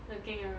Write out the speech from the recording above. looking around